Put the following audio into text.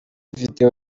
videwo